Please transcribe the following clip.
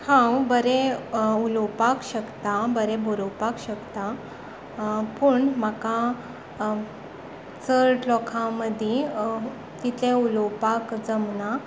हांव बरें उलोपाक शकतां हांव बरें बरोपाक शकतां पूण म्हाका चड लोकां मदीं कितें उलोपाक जमना